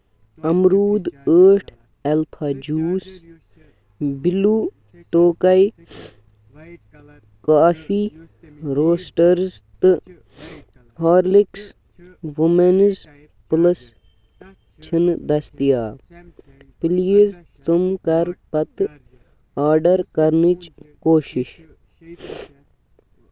امروٗد ٲٹھ alpha juice, Blue Tokai coffee roasters تہٕ Horlicks women's plus چھُنہٕ دٔستِیاب ، پلیٖز تم کر پتہٕ آرڈر کرنٕچ کوٗشش